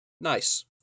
Nice